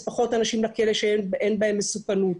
פחות אנשים לכלא שאין בהם מסוכנות.